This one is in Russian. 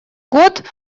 год